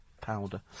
powder